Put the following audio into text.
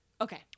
Okay